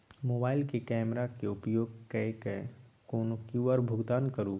मोबाइलक कैमराक उपयोग कय कए कोनो क्यु.आर भुगतान करू